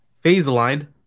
phase-aligned